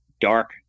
dark